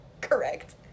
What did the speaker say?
Correct